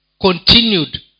continued